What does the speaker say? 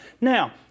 Now